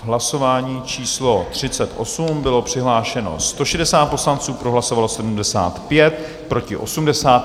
V hlasování číslo 38 bylo přihlášeno 160 poslanců, pro hlasovalo 75, proti 80.